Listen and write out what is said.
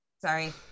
Sorry